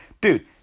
Dude